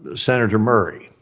ah senator murray?